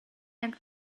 and